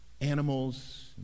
animals